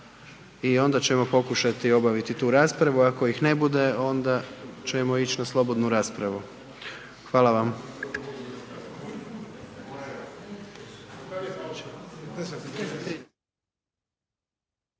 i onda ćemo pokušati obaviti tu raspravu, ako ih ne bude onda ćemo ić na slobodnu raspravu. Hvala vam.